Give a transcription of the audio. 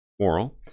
moral